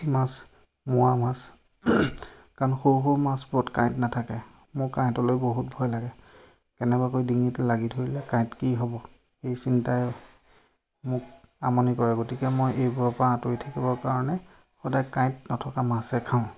পুঠি মাছ মোৱা মাছ কাৰণ সৰু সৰু মাছবোৰত কাঁইট নাথাকে মোৰ কাঁইটলৈ বহুত ভয় লাগে কেনেবাকৈ ডিঙিত লাগি ধৰিলে কাঁইট কি হ'ব সেই চিন্তাই মোক আমনি কৰে গতিকে মই এইবোৰৰ পৰা আঁতৰি থাকিবৰ কাৰণে সদায় কাঁইট নথকা মাছহে খাওঁ